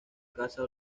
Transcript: casa